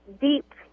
deep